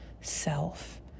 self